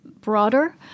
broader